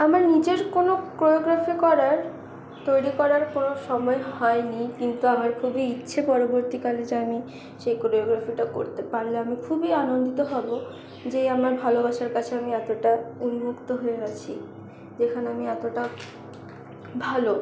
আমার নিজের কোনো কোরিওগ্রাফি করার তৈরি করার কোনো সময় হয়নি কিন্তু আমার খুবই ইচ্ছে পরবর্তীকালে যে আমি সে কোরিওগ্রাফিটা করতে পারলে আমি খুবই আনন্দিত হব যে আমার ভালোবাসার কাছে আমি এতটা উন্মুক্ত হয়ে আছি যেখানে আমি এতটা ভালো